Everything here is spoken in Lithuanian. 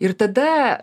ir tada